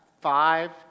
five